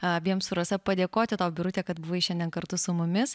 abiem su rasa padėkoti tau birute kad buvai šiandien kartu su mumis